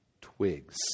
twigs